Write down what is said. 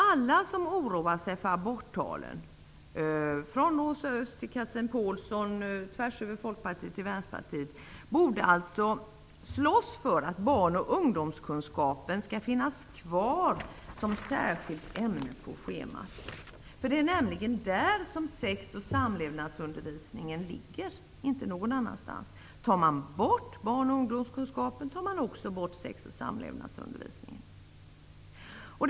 Alla som oroar sig för aborttalen -- från Rosa Östh till Vänsterpartiet -- borde alltså slåss för att barn och ungdomskunskapen skall finnas kvar som särskilt ämne på schemat. Det är nämligen där som sex och samlevnadsundervisningen ligger, inte någon annanstans. Tar man bort barn och ungdomskunskapen, tar man också bort sex och samlevnadsundervisningen.